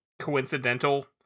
coincidental